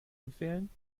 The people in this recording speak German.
empfehlen